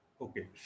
Okay